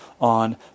on